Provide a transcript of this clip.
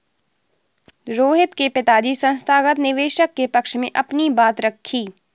रोहित के पिताजी संस्थागत निवेशक के पक्ष में अपनी बात रखी